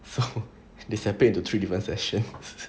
so they separate into three different sessions